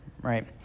right